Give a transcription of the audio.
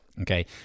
Okay